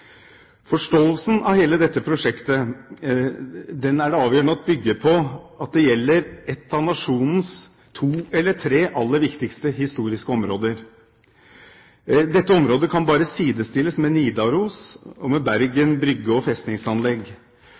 forståelsen av hele dette prosjektet, er det avgjørende å bygge på at det gjelder et av nasjonens to eller tre aller viktigste historiske områder. Dette området kan bare sidestilles med Nidaros og med Bryggen og festningsanlegget i Bergen.